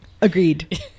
Agreed